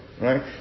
Right